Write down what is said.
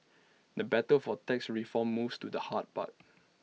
the battle for tax reform moves to the hard part